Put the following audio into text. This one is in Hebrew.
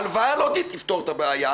הלוואה לא תפתור את הבעיה.